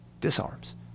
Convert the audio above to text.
disarms